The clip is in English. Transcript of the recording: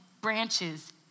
branches